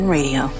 Radio